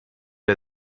der